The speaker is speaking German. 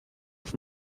auf